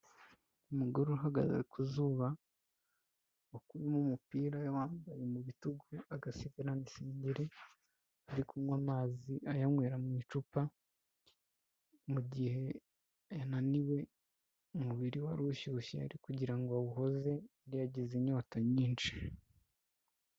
Umugore uhagaze ku zuba wakuyemo umupira yawambaye mu bitugu agasigarana isengeri ari kunywa amazi ayanywera mu icupa, mu gihe yananiwe umubiri wari ushyushye ari kugira ngo awuhoze yari yagize inyota nyinshi.